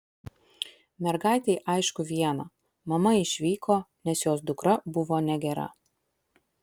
mergaitei aišku viena mama išvyko nes jos dukra buvo negera